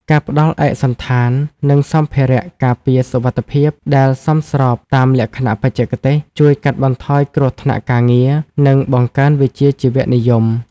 ការផ្ដល់ឯកសណ្ឋាន និងសម្ភារៈការពារសុវត្ថិភាពដែលសមស្របតាមលក្ខណៈបច្ចេកទេស ជួយកាត់បន្ថយគ្រោះថ្នាក់ការងារ និងបង្កើនវិជ្ជាជីវៈនិយម។